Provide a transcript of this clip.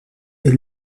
est